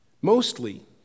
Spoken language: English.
Mostly